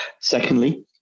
Secondly